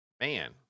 man